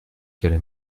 qu’elle